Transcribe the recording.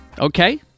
Okay